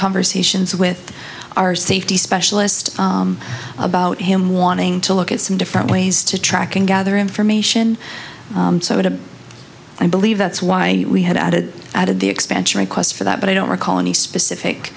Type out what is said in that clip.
conversations with our safety specialist about him wanting to look at some different ways to track and gather information i believe that's why we have added added the expansion requests for that but i don't recall any specific